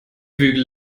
bügel